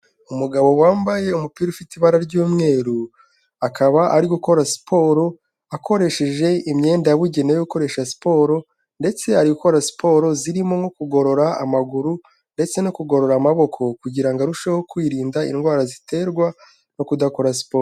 Umugabo wambaye umupira ufite ibara ry'umweru akaba ari gukora siporo akoresheje imyenda yabugenewe yo gukoresha siporo ndetse ari gukora siporo zirimo nko kugorora amaguru ndetse no kugorora amaboko kugirango arusheho kwirinda indwara ziterwa no kudakora siporo.